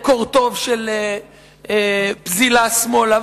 קורטוב של פזילה שמאלה,